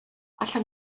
allan